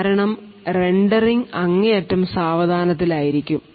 കാരണം റെൻഡറിങ് അങ്ങേയറ്റം സാവധാനത്തിൽ ആയിരിക്കും